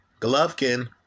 Golovkin